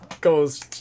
goes